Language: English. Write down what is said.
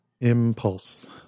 Impulse